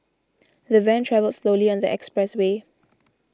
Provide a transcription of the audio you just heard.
the van travelled slowly on the expressway